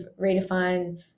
redefine